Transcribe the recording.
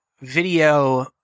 video